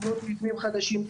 לבנות מבנים חדשים.